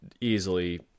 easily